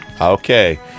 Okay